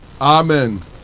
Amen